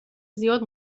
زیاد